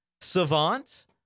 Savant